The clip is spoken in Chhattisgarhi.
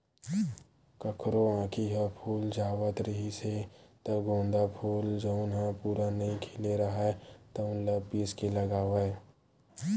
कखरो आँखी ह फूल जावत रिहिस हे त गोंदा फूल जउन ह पूरा नइ खिले राहय तउन ल पीस के लगावय